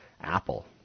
Apple